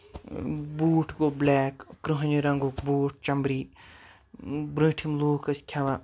بوٗٹھ ہُہ بلیک کرٛہنہِ رنگُک بوٗٹھ جمبری برونٹھِم لوٗکھ ٲسۍ کھٮ۪وان